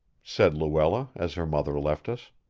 said luella as her mother left us.